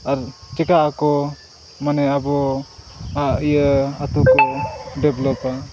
ᱟᱨ ᱪᱤᱠᱟᱹᱜ ᱟᱠᱚ ᱢᱟᱱᱮ ᱟᱵᱚ ᱟᱜ ᱤᱭᱟᱹ ᱟᱛᱳ ᱠᱚ ᱰᱮᱵᱷᱞᱚᱯᱟ